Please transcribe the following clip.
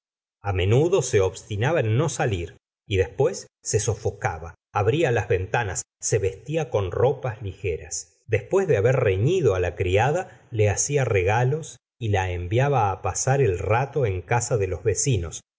té amenudo se obstinaba en no salir y después se sofocaba abría las ventanas se vestía con ropas ligeras después de haber reñido la criada le hacía regalos y la enviaba pasar el rato en casa de los vecinos